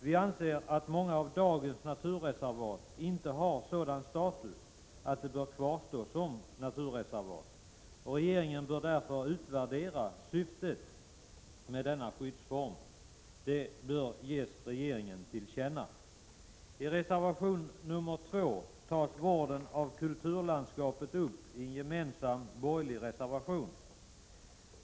Vi anser att många av dagens naturreservat inte har sådan status att de bör kvarstå som naturreservat. Regeringen bör därför utvärdera syftet med denna skyddsform. Detta bör ges regeringen till känna. I reservation 2, som är en gemensam borgerlig reservation, tas vården av kulturlandskapet upp.